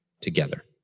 together